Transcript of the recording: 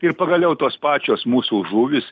ir pagaliau tos pačios mūsų žuvys